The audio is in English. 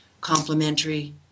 complementary